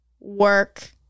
work